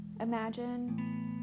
Imagine